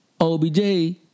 Obj